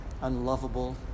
unlovable